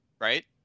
right